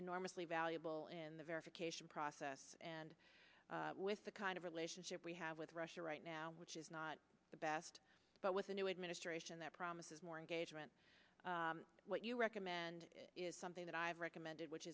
enormously valuable in the verification process and with the kind of relationship we have with russia right now which is not the best but with a new administration that promises more engagement what you recommend is something that i've recommended which